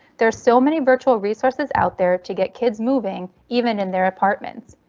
there are so many virtual resources out there to get kids moving even in their apartments.